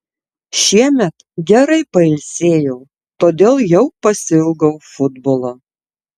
šiemet gerai pailsėjau todėl jau pasiilgau futbolo